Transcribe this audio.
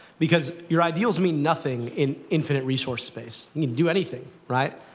because your ideals mean nothing in infinite resource space. you can do anything, right.